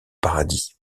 paradis